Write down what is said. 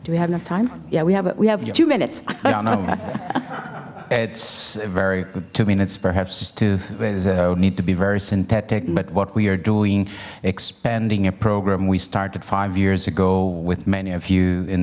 we have enough time yeah we have it we have two minutes it's very two minutes perhaps two need to be very synthetic but what we are doing expanding a program we started five years ago with many of you in